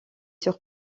sur